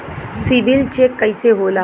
CIBIL check कइसे होला?